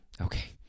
Okay